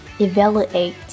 evaluate